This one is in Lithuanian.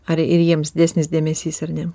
ar ir jiems didesnis dėmesys ar ne